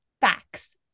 facts